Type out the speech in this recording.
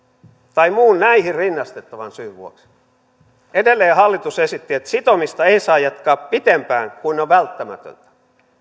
tai muun näihin rinnastettavan syyn vuoksi edelleen hallitus esitti että sitomista ei saa jatkaa pitempään kuin on välttämätöntä